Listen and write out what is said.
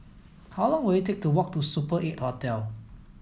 how long will it take to walk to Super eight Hotel